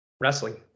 wrestling